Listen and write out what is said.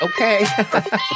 okay